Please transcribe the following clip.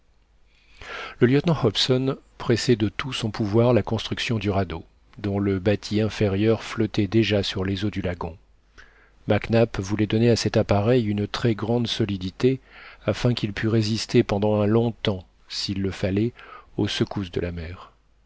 le lieutenant hobson pressait de tout son pouvoir la construction du radeau dont le bâtis inférieur flottait déjà sur les eaux du lagon mac nap voulait donner à cet appareil une très grande solidité afin qu'il pût résister pendant un long temps s'il le fallait aux secousses de la mer